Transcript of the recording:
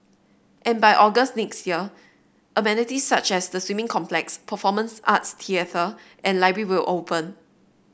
and by August next year amenities such as the swimming complex performance arts theatre and library will open